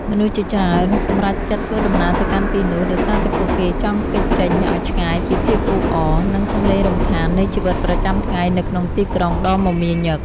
មនុស្សជាច្រើនសម្រេចចិត្តធ្វើដំណើរទៅកាន់ទីនោះដោយសារតែពួកគេចង់គេចចេញឱ្យឆ្ងាយពីភាពអ៊ូអរ និង សំឡេងរំខាននៃជីវិតប្រចាំថ្ងៃនៅក្នុងទីក្រុងដ៏មមាញឹក។